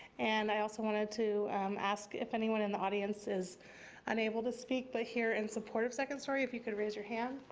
and i also wanted to um ask if anyone in the audience is unable to speak but here in support of second story, if you could raise your hand.